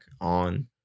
on